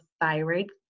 thyroid